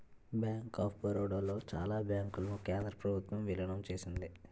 bank of Baroda లో చాలా బ్యాంకులను కేంద్ర ప్రభుత్వం విలీనం చేసింది